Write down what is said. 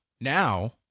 Now